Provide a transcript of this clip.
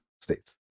states